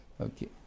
Okay